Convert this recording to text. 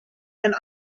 and